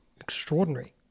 extraordinary